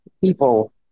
people